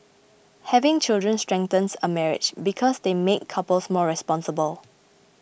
having children strengthens a marriage because they make couples more responsible